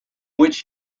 which